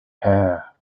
hair